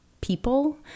people